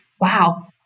wow